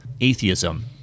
atheism